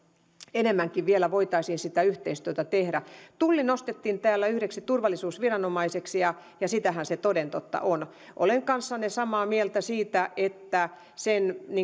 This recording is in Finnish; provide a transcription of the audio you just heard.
enemmänkin vielä voitaisiin sitä yhteistyötä tehdä tulli nostettiin täällä yhdeksi turvallisuusviranomaiseksi ja ja sitähän se toden totta on olen kanssanne samaa mieltä siitä että sen